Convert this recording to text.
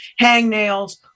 hangnails